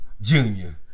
Junior